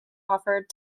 offered